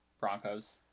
Broncos